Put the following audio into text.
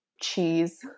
cheese